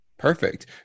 Perfect